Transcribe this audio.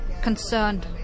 concerned